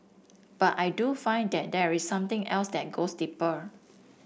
but I do find that there is something else that goes deeper